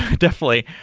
definitely.